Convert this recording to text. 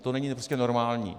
To není prostě normální.